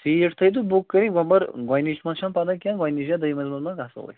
seat تھایِزِ book کٔرتھ بہٕ بَر گۄڈنِچ منٛز چھِنہٕ پتہہ کیٚنہہ گۄڈنِچ یا دویِمِس منٛز ما گَژھو أسۍ